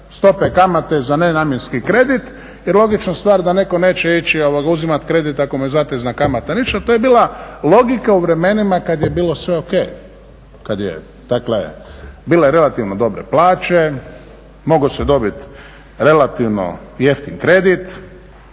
stope kamate za nenamjenski kredit jer logična stvar da netko neće ići uzimat kredit ako mu je zatezna kamata viša, to je bila logika u vremenima kad je bilo sve ok, kad je, dakle bile su relativno dobre plaće, moglo se dobit relativno jeftin kredit